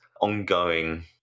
ongoing